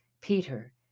Peter